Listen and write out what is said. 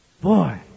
Boy